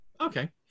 Okay